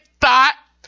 thought